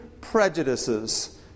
prejudices